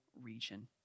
region